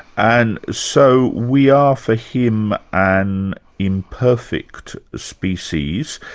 and so we are for him, an imperfect species,